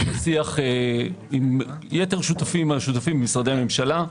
היינו בשיח עם יתר השותפים, משרדי הממשלה,